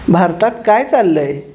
भारतात काय चाललंय